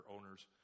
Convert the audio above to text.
owners